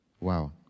Wow